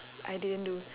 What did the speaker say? I didn't do